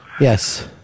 Yes